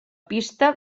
pista